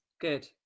Good